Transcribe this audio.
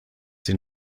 den